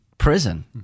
prison